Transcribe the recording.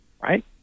right